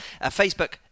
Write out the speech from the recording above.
Facebook